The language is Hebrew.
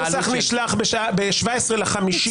הנוסח נשלח ב-17 במאי.